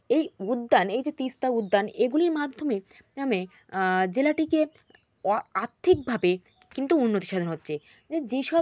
এই উদ্যান এই যে তিস্তা উদ্যান এগুলির মাধ্যমে নামে জেলাটিকে অ আর্থিকভাবে কিন্তু উন্নতি সাধন হচ্ছে যেসব